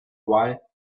while